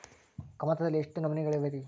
ಕಮತದಲ್ಲಿ ಎಷ್ಟು ನಮೂನೆಗಳಿವೆ ರಿ?